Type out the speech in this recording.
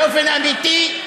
באופן אמיתי,